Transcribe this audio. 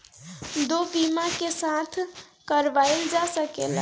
दो बीमा एक साथ करवाईल जा सकेला?